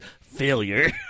Failure